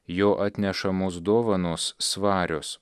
jo atnešamos dovanos svarios